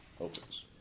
opens